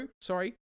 sorry